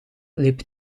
liep